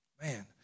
man